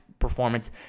Performance